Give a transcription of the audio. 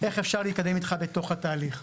איך אפשר להתקדם איתך בתוך התהליך?".